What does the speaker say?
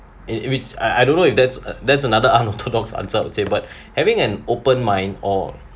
and if it's I I don't know if that's that's another unorthodox answer I'd say but having an open mind or